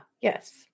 Yes